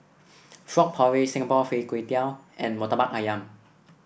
Frog Porridge Singapore Fried Kway Tiao and Murtabak ayam